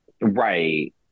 Right